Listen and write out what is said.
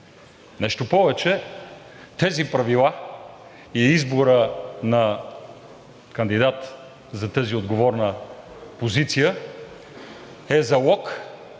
Нещо повече, тези правила и изборът на кандидат за тази отговорна позиция са залог